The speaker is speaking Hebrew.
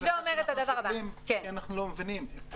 אנחנו שואלים כי אנחנו לא מבינים.